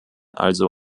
also